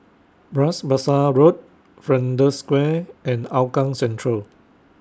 Bras Basah Road Flanders Square and Hougang Central